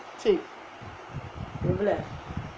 cheap